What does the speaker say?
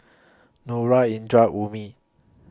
Nura Indra Ummi